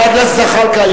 חבר הכנסת זחאלקה,